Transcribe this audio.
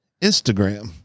Instagram